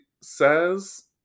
says